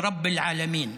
מאלוהים,